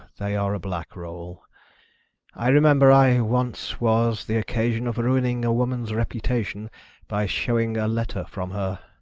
they are a black roll i remember i once was the occasion of ruining a woman's reputation by shewing a letter from her.